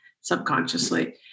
subconsciously